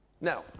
Now